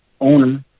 owner